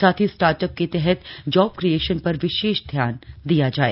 साथ ही स्टार्टअप के तहत जॉब क्रिएशन पर विशेष ध्यान दिया जाए